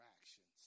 actions